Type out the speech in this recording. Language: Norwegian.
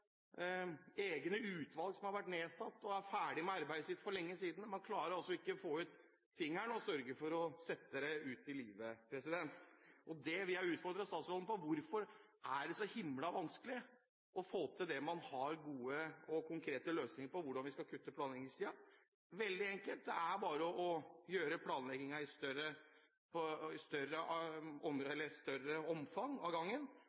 egne utvalg som har vært nedsatt, og som er ferdig med arbeidet sitt for lenge siden. Man klarer altså ikke å få ut fingeren og sørge for å sette det ut i livet, og det vil jeg utfordre statsråden på: Hvorfor er det så himla vanskelig å få til det man har gode og konkrete løsninger på – hvordan man skal kutte planleggingstiden. Det er veldig enkelt: Det er bare å gjøre planleggingen i større omfang av gangen,